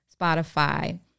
Spotify